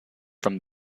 from